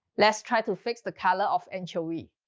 let's try to fix the color of anchovy.